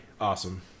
awesome